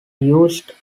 used